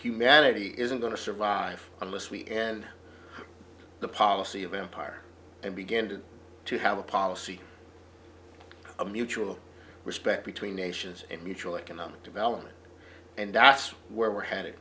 humanity isn't going to survive unless we end the policy of empire and begin to have a policy a mutual respect between nations and mutual economic development and that's where we're headed